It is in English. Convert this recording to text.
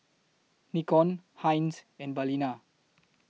Nikon Heinz and Balina